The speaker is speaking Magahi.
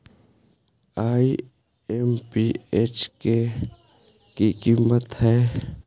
आई.एम.पी.एस के कि मतलब है?